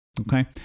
Okay